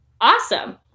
Awesome